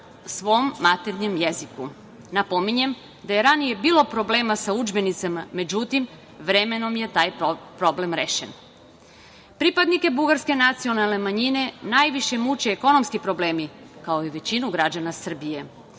svom maternjem jeziku. Napominjem da je ranije bilo problema sa udžbenicima, međutim, vremenom je taj problem rešen. Pripadnike bugarske nacionalne manjine najviše muče ekonomski problemi, kao i većinu građana Srbije,